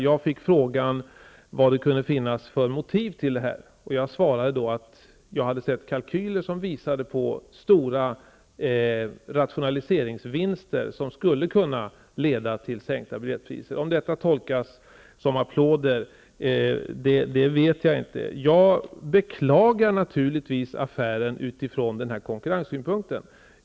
Jag fick frågan vad det kunde finnas för motiv för affären, och jag svarade då att jag hade sett kalkyler som visade på stora rationaliseringsvinster, som skulle kunna leda till sänkta biljettpriser. Om det skall tolkas som applåder, vet jag inte. Jag beklagar naturligtvis affären utifrån konkurrenssynpunkten.